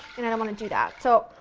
and i don't want to do that. so,